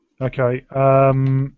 Okay